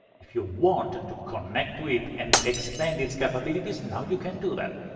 if you want to connect to it and extend its capabilities, now you can do that.